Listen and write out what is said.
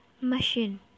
machine